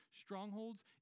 strongholds